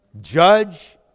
Judge